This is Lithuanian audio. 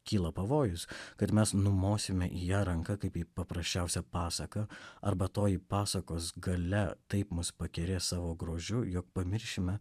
kyla pavojus kad mes numosime į ją ranka kaip į paprasčiausią pasaką arba toji pasakos galia taip mus pakerės savo grožiu jog pamiršime